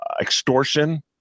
extortion